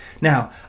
Now